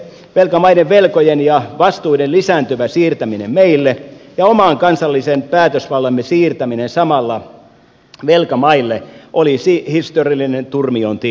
velkamaiden velkojen ja vastuiden lisääntyvä siirtäminen meille ja oman kansallisen päätösvaltamme siirtäminen samalla velkamaille olisi historiallinen turmion tie